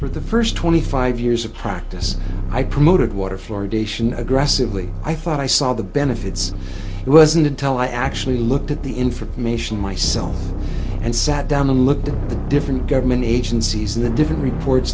for the first twenty five years of practice i promoted water fluoridation aggressively i thought i saw the benefits it wasn't until i actually looked at the information myself and sat down and looked at the different government agencies and the different reports